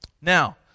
Now